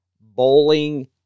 bowling